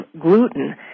gluten